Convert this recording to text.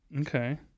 Okay